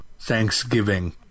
Thanksgiving